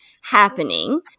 happening